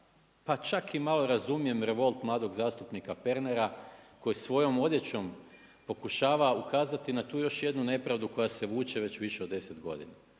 pa čak i malo razumijem revolt mladog zastupnika Pernara koji svojom odjećom pokušava ukazati na tu još jednu nepravdu koja se vuče već više od 10 godina.